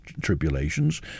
tribulations